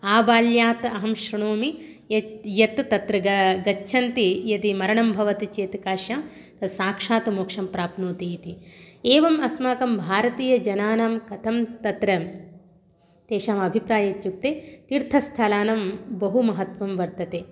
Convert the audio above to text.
आबाल्यात् अहं शृणोमि य्य यत् तत्र ग गच्छन्ति यदि मरणं भवति चेत् काश्यां साक्षात् मोक्षं प्राप्नोति इति एवम् अस्माकं भारतीयजनानां कथं तत्र तेषाम् अभिप्रायः इत्युक्ते तीर्थस्थलानां बहु महत्त्वं वर्तते